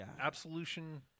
Absolution